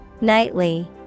nightly